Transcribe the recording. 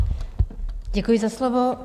Děkuji za slovo.